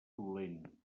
dolent